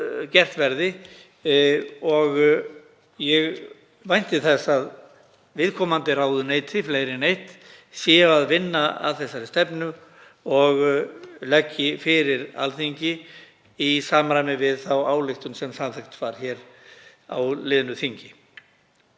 og ég vænti þess að viðkomandi ráðuneyti, fleiri en eitt, séu að vinna að þessari stefnu og leggi fyrir Alþingi í samræmi við þá ályktun sem samþykkt var hér á liðnu þingi.